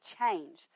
change